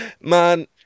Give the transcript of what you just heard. man